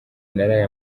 naraye